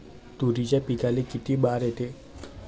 तुरीच्या पिकाले किती बार येते?